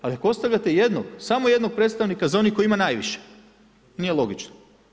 Ali ako ostavljate jednog, samo jednog predstavnika za one kojih ima najviše, nije logično.